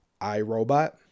iRobot